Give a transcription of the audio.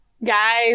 Guys